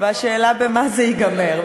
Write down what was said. במה זה ייגמר,